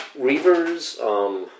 Reavers